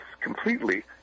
completely